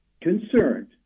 concerned